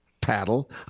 paddle